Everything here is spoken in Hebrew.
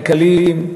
כלכליים,